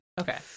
Okay